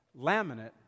laminate